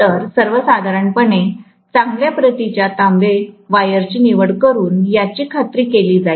तर सर्वसाधारणपणे चांगल्या प्रतीच्या तांबे वायरची निवड करुन याची खात्री केली जाईल